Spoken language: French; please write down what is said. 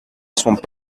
sont